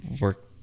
work